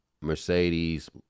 Mercedes